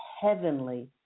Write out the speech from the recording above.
heavenly